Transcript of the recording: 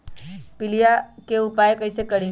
पीलिया के उपाय कई से करी?